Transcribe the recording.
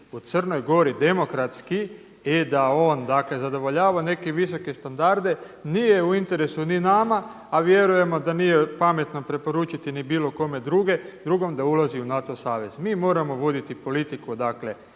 u Crnoj Gori demokratski i da on, dakle zadovoljava neke visoke standarde nije u interesu ni nama, a vjerujemo da nije pametno preporučiti ni bilo kome drugom da ulazi u NATO savez. Mi moramo voditi politiku, dakle